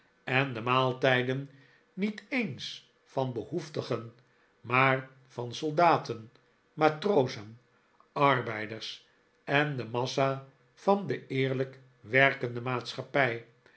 en de maaltijden niet eens van behoeftigen maar van soldaten matrozen arbeiders en de massa van de eerlijk werkende maatschappij